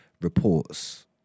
reports